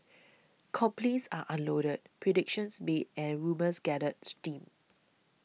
complaints are unloaded predictions made and rumours gather steam